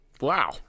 Wow